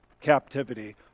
captivity